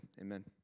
Amen